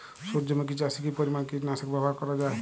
সূর্যমুখি চাষে কি পরিমান কীটনাশক ব্যবহার করা যায়?